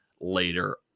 later